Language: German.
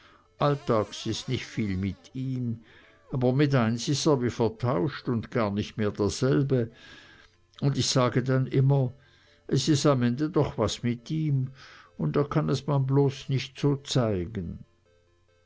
alltags is nich viel mit ihm aber mit eins is er wie vertauscht un gar nich mehr derselbe un ich sage denn immer es is am ende doch was mit ihm un er kann es man bloß nich so zeigen